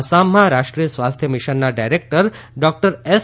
આસામમાં રાષ્ટ્રીય સ્વાસ્થ્ય મિશનના ડાયરેક્ટર ડોક્ટર એસ